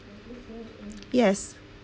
yes